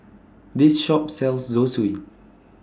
This Shop sells Zosui